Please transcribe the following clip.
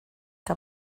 que